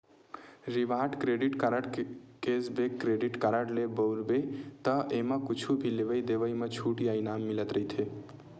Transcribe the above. reward credit card, cashback credit card ल बउरबे त एमा कुछु भी लेवइ देवइ म छूट या इनाम मिलत रहिथे